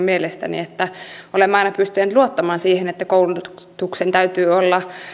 mielestäni että olemme aina pystyneet luottamaan siihen että koulutuksen täytyy olla